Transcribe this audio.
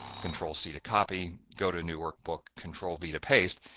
control c to copy, go to new workbook, control v to paste.